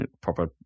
proper